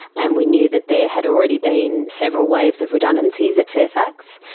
and we knew that there had already been several waves of redundancies at fairfax.